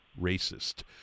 racist